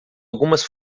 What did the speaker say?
algumas